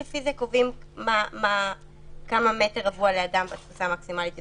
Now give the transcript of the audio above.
ולפי זה קובעים כמה מטר רבוע לאדם בתפוסה המקסימלית זה